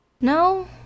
No